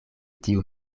tiu